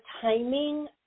timing